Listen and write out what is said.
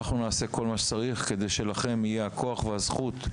אנחנו נעשה כל מה שצריך כדי שיהיה לכם את הכוח ואת הזכות,